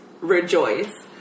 rejoice